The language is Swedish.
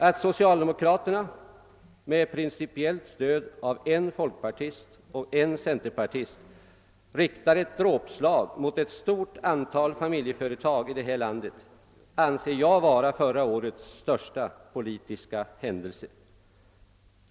Att socialdemokraterna med principiellt stöd av en folkpartist och en centerpartist riktar ett dråpslag mot ett stort antal familjeföretag i detta land anser jag vara förra årets största politiska händelse.